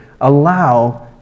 allow